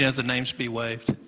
yeah the names be waived.